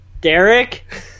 Derek